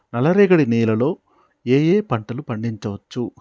నల్లరేగడి నేల లో ఏ ఏ పంట లు పండించచ్చు?